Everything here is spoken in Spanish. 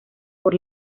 por